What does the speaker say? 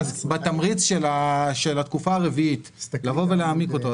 בתמריץ של התקופה הרביעית לבוא ולהעמיק אותו.